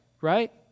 right